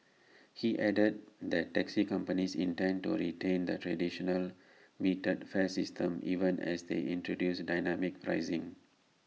he added that taxi companies intend to retain the traditional metered fare system even as they introduce dynamic pricing